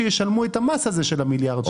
שישלמו את המס הזה של המיליארד שקל.